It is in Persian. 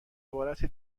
عبارت